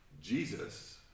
Jesus